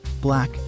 Black